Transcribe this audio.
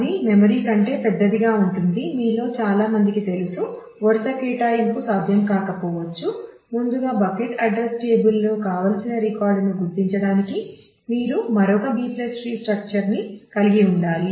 అది మెమరీ ని కలిగి ఉండాలి